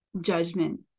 judgment